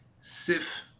sif